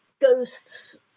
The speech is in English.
Ghosts